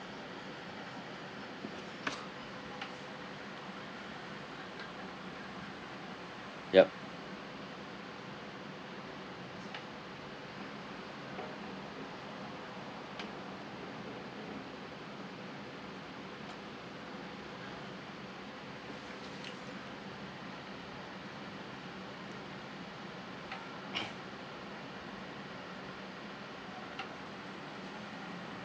yup